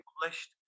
published